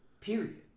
period